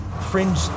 fringe